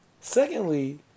secondly